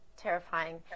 Terrifying